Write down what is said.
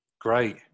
Great